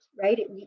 right